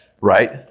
Right